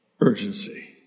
Urgency